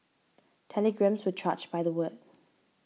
telegrams were charged by the word